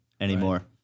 anymore